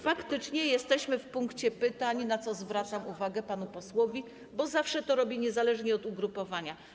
Faktycznie jesteśmy w punkcie pytań, na co zwracam uwagę panu posłowi, bo zawsze to robię, niezależnie od ugrupowania.